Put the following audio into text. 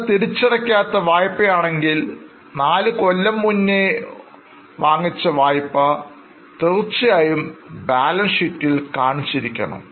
നിങ്ങൾ തിരിച്ചടക്കാത്ത വായ്പ ആണെങ്കിൽ നാലു കൊല്ലം മുന്നേ വാങ്ങിച്ച് വായ്പ തീർച്ചയായും ബാലൻസ് ഷീറ്റിൽകാണിക്കണം